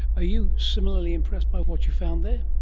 are you similarly impressed by what you found there?